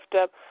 up